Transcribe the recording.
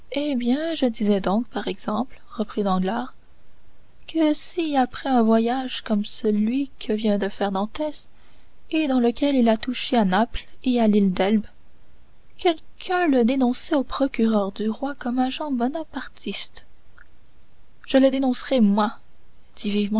eh bien je disais donc par exemple reprit danglars que si après un voyage comme celui que vient de faire dantès et dans lequel il a touché à naples et à l'île d'elbe quelqu'un le dénonçait au procureur du roi comme agent bonapartiste je le dénoncerai moi dit vivement